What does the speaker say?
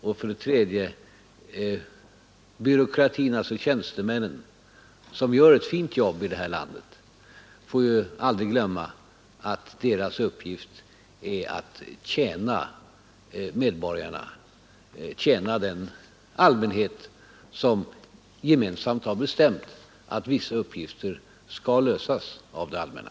Slutligen får tjänstemännen — som gör ett fint jobb i det här landet aldrig glömma att deras uppgift är att tjäna medborgarna, att tjäna den allmänhet som gemensamt har bestämt att vissa uppgifter skall lösas av det allmänna.